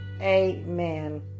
Amen